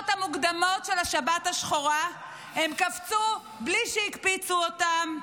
המוקדמות של השבת השחורה הם קפצו בלי שהקפיצו אותם,